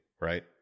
right